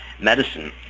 medicine